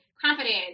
confidence